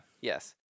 Yes